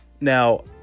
Now